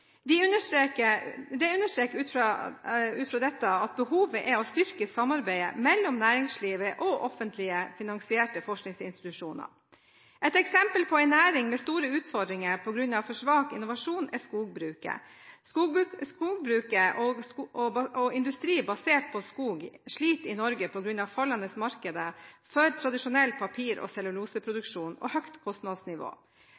De understreker ut fra dette behovet for å styrke samarbeidet mellom næringslivet og offentlig finansierte forskningsinstitusjoner. Et eksempel på en næring med store utfordringer på grunn av for svak innovasjon er skogbruket. Skogbruket og industri basert på skog sliter i Norge på grunn av fallende markeder for tradisjonell papir- og